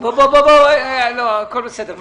אני לא רוצה לחזור על מה שנאמר פה.